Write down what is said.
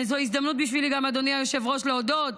זו הזדמנות בשבילי, אדוני היושב-ראש, גם להודות